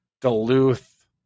Duluth